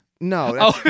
No